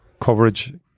coverage